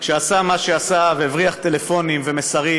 כשעשה מה שעשה והבריח טלפונים ומסרים